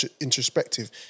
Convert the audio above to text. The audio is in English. introspective